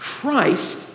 Christ